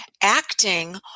acting